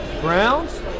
Browns